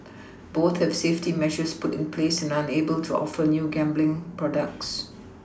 both have safety measures put in place and are unable to offer new gambling products